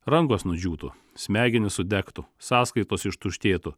rankos nudžiūtų smegenys sudegtų sąskaitos ištuštėtų